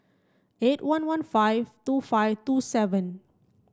eight one one five two five two seven